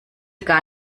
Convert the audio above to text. gar